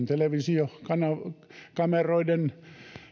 televisiokameroiden